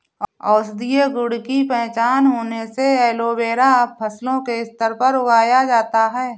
औषधीय गुण की पहचान होने से एलोवेरा अब फसलों के स्तर पर उगाया जाता है